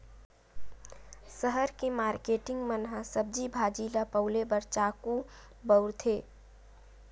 सहर के मारकेटिंग मन ह सब्जी भाजी मन ल पउले बर चाकू बउरथे